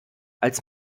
als